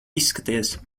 izskaties